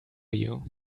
you